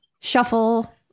shuffle